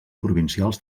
provincials